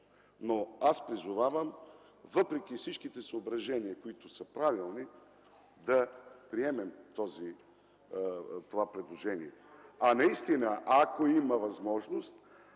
Но аз призовавам, въпреки всичките съображения, които са правилни, да приемем това предложение, а наистина, ако има възможност,